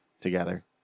together